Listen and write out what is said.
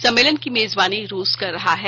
सम्मेलन की मेजबानी रूस कर रहा है